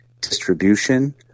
distribution